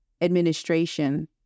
administration